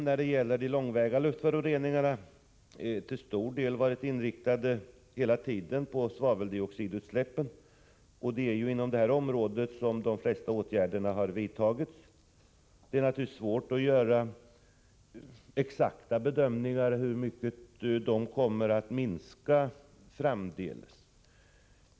När det gäller de långväga luftföroreningarna har uppmärksamheten hela tiden till stor del varit riktad på svaveldioxidutsläppen. Det är ju inom det området som de flesta åtgärderna har vidtagits. Det är naturligtvis svårt att göra exakta bedömningar av hur mycket dessa utsläpp kommer att minska framdeles.